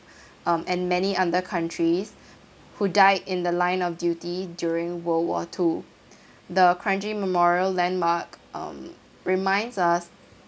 um and many other countries who died in the line of duty during world war two the kranji memorial landmark um reminds us